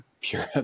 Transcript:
Pure